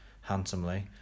handsomely